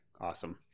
Awesome